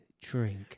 Drink